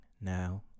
now